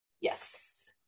Yes